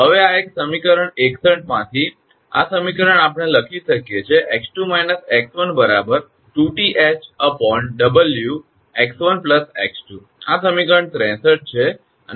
હવે આ એક સમીકરણ 61 માંથી આ સમીકરણ આપણે લખી શકીએ છીએ 𝑥2 − 𝑥1 2𝑇ℎ 𝑊𝑥1 𝑥2 આ સમીકરણ 63 છે અને આ 𝐿 𝑥1 𝑥2